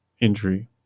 injury